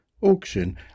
auction